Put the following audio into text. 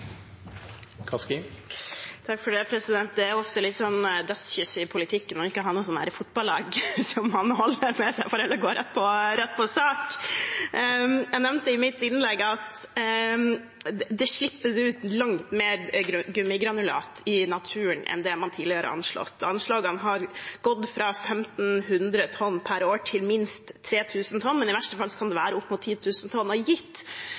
ofte nesten dødskysset i politikken å ikke ha noe fotballag man holder med, så jeg får heller gå rett på sak. Jeg nevnte i mitt innlegg at det slippes ut langt mer gummigranulat i naturen enn man tidligere har anslått. Anslagene har gått fra 1 500 tonn per år til minst 3 000 tonn, men i verste fall kan det være opp mot 10 000 tonn. Gitt hvor store utfordringer vi har